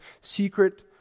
secret